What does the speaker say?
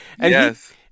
Yes